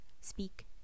speak